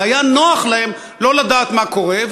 היה נוח להם לא לדעת מה קורה,